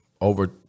over